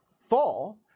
fall